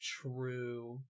True